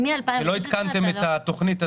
שלא עדכנתם את התוכנית.